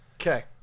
Okay